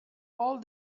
all